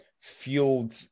fueled